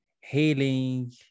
healing